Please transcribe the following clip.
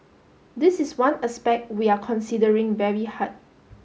this is one aspect we are considering very hard